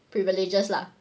privileges lah